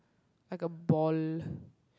like a ball